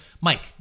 Mike